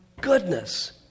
goodness